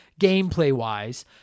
gameplay-wise